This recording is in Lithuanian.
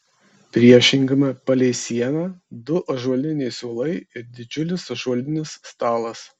priešingame palei sieną du ąžuoliniai suolai ir didžiulis ąžuolinis stalas